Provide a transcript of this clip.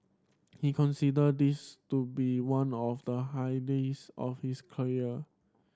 he consider this to be one of the high days of his career